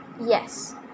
Yes